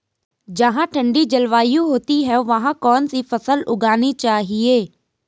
जहाँ ठंडी जलवायु होती है वहाँ कौन सी फसल उगानी चाहिये?